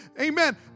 Amen